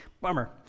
Bummer